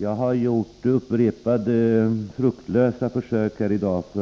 Jag har gjort upprepade fruktlösa försök i dag att